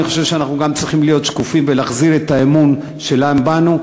אני חושב שאנחנו גם צריכים להיות שקופים ולהחזיר את האמון שלהם בנו.